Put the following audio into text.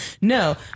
No